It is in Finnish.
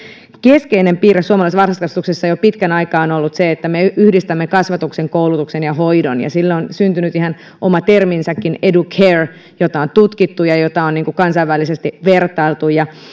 keskeinen piirre suomalaisessa varhaiskasvatuksessa jo pitkän aikaa on ollut se että me yhdistämme kasvatuksen koulutuksen ja hoidon ja sille on syntynyt ihan oma terminsäkin educare jota on tutkittu ja jota on kansainvälisesti vertailtu